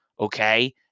okay